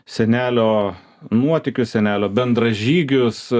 senelio nuotykius senelio bendražygius